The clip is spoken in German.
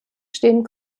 stehen